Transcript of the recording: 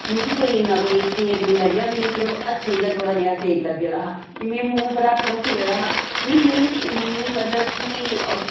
मिगी कोई इन्ना कोई सेक नि लग्गेआ मिगी सिर्फ हत्थें गै थोह्ड़ा नेहा सैक लग्गे दा हा कि मैं मूंह पर हत्थ रक्खी ओड़े दा हा मी मूंह च इन्नी मतलब कि